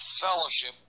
fellowship